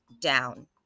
down